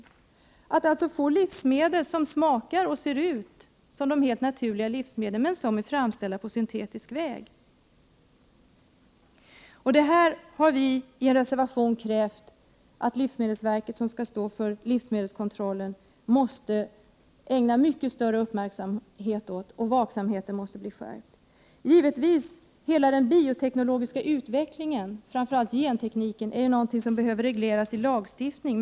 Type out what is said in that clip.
Man får då livsmedel som smakar och ser ut som de helt naturliga livsmedlen men som är framställda på syntetisk väg. Här har vi i en reservation krävt att livsmedelsverket, som skall stå för livsmedelskontrollen, ägnar saken mycket större uppmärksamhet. Vaksamheten måste skärpas. Givetvis är hela den bioteknologiska utvecklingen, framför allt gentekniken, någonting som behöver regleras genom lagstiftning.